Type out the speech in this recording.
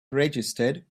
registered